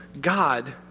God